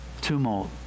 tumult